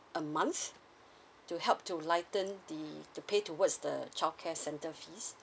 a month to help to lighten the to pay towards the childcare center fees